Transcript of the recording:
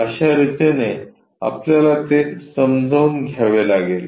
अश्या रितीने आपल्याला ते समजून घ्यावे लागेल